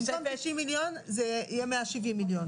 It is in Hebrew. נכון, במקום 90 מיליון זה יהיה 170 מיליון.